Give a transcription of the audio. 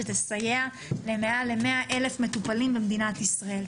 שתסייע למעל ל-100,000 מטופלים במדינת ישראל.